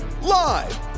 Live